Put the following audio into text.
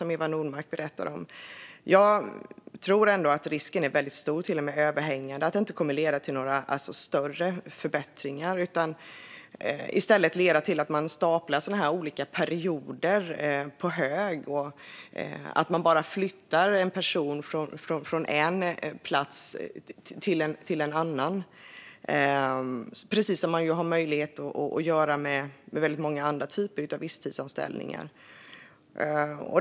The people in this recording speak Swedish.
Jag tror ändå att risken är stor, till och med överhängande, att det inte kommer att leda till några större förbättringar utan i stället till att man staplar sådana här perioder på hög och att man bara flyttar en person från en plats till en annan, precis som man har möjlighet att göra med andra typer av visstidsanställningar.